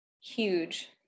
huge